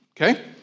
okay